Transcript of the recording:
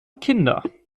kinder